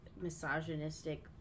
Misogynistic